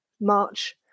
March